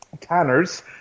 tanners